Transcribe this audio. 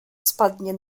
spadnie